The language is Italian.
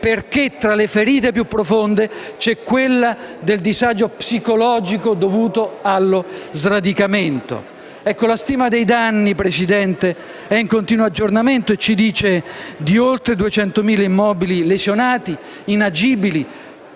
perché tra le ferite più profonde vi è quella del disagio psicologico dovuto allo sradicamento. La stima dei danni, signor Presidente, è in continuo aggiornamento e ci parla di oltre 200.000 immobili lesionati, inagibili;